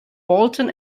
bolton